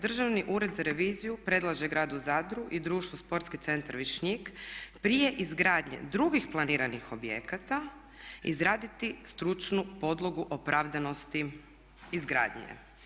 Državni ured za reviziju predlaže gradu Zadru i društvu Sportski centar Višnjik prije izgradnje drugih planiranih objekata izraditi stručnu podlogu opravdanosti izgradnje.